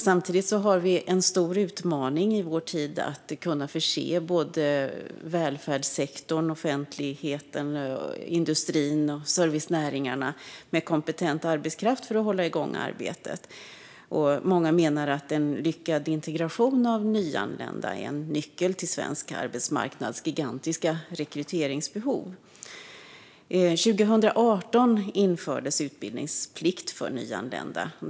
Samtidigt har vi en stor utmaning i vår tid att kunna förse välfärdssektorn, offentligheten, industrin och servicenäringarna med kompetent arbetskraft för att hålla igång arbetet. Många menar att en lyckad integration av nyanlända är nyckeln till svensk arbetsmarknads gigantiska rekryteringsbehov. År 2018 infördes utbildningsplikt för nyanlända.